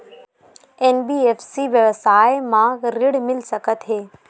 NBFC व्यवसाय मा ऋण मिल सकत हे